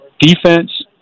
defense